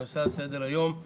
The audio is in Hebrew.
הנושא על סדר היום הוא